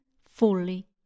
fully